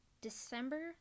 December